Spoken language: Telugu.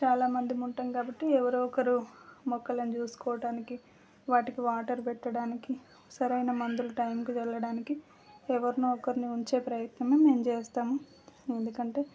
చాలామందిమి ఉంటాము కాబట్టి ఎవరో ఒకరు మొక్కలను చూసుకోవటానికి వాటికి వాటర్ పెట్టడానికి సరైన మందులు టైంకి వెళ్ళడానికి ఎవరినో ఒకరిని ఉంచే ప్రయత్నం మేము చేస్తాము ఎందుకంటే